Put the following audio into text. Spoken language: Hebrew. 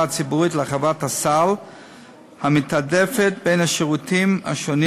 הציבורית להרחבת הסל המתעדפת את השירותים השונים